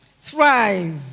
Thrive